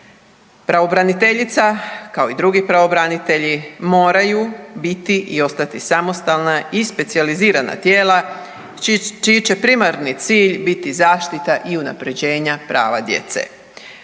Pravobraniteljica, kao i drugi pravobranitelji moraju biti i ostati samostalna i specijalizirana tijela čiji će primarni cilj biti zaštita i unaprjeđenja prava djece.